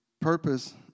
purpose